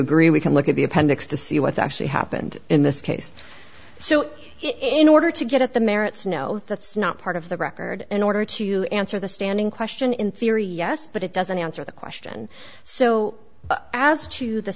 agree we can look at the appendix to see what's actually happened in this case so in order to get at the merits no that's not part of the record in order to answer the standing question in theory yes but it doesn't answer the question so as to the